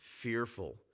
fearful